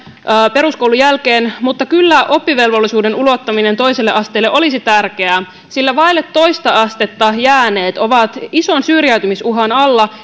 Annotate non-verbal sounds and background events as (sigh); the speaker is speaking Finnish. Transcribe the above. peruskoulun jälkeen mutta kyllä oppivelvollisuuden ulottaminen toiselle asteelle olisi tärkeää sillä vaille toista astetta jääneet ovat ison syrjäytymisuhan alla (unintelligible)